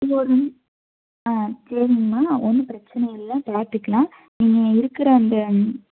நீங்கள் ஒரு ஆ சரிங்கமா நான் ஒன்றும் பிரச்சின இல்லை பார்த்துக்கலாம் நீங்கள் இருக்கிற அந்த